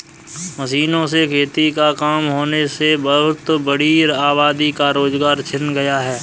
मशीनों से खेती का काम होने से बहुत बड़ी आबादी का रोजगार छिन गया है